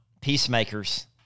peacemakers